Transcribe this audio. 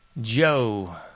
Joe